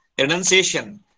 Renunciation